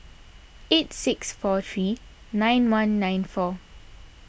eight six four three nine one nine four